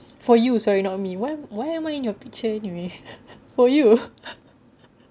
for you sorry not me why why am I in your picture anyway for you